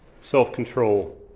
self-control